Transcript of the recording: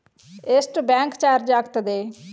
ಎಷ್ಟು bank charge ಆಗುತ್ತದೆ?